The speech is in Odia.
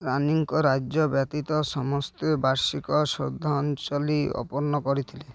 ରାଣୀଙ୍କ ରାଜା ବ୍ୟତୀତ ସମସ୍ତେ ବାର୍ଷିକ ଶ୍ରଦ୍ଧାଞ୍ଜଳି ଅର୍ପଣ କରିଥିଲେ